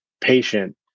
patient